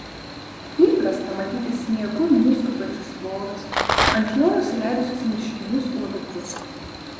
įprasta matyti sniegu nuskubančius vorus ant jo nusileidusius miškinius uodukus